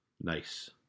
nice